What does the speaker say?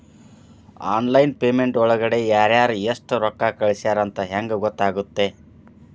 Online payment ಒಳಗಡೆ ಯಾರ್ಯಾರು ಎಷ್ಟು ರೊಕ್ಕ ಕಳಿಸ್ಯಾರ ಅಂತ ಹೆಂಗ್ ಗೊತ್ತಾಗುತ್ತೆ?